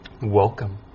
Welcome